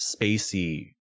spacey